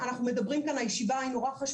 אנחנו מדברים כאן בישיבה והיא מאוד חשובה,